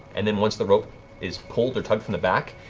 and then once the rope is pulled or tugged from the back,